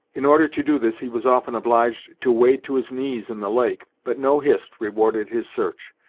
in order to do this, he was often obliged to wade to his knees in the lake, but no hist rewarded his search.